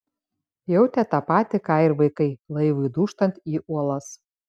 jautė tą patį ką ir vaikai laivui dūžtant į uolas